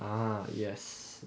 ah yes